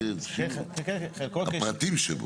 לא חלקו כסיכום, אלא חלקו, הפרטים שבו,